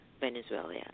Venezuela